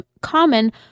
common